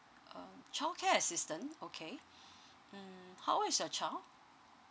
um childcare assistant okay mm how old is your child